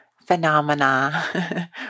phenomena